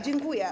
Dziękuję.